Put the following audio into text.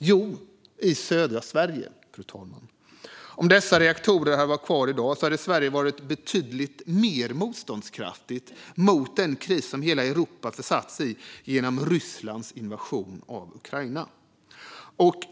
Jo, i södra Sverige. Om dessa reaktorer hade varit kvar i dag hade Sverige varit betydligt mer motståndskraftigt mot den kris som hela Europa har försatts i genom Rysslands invasion av Ukraina.